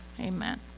amen